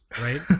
right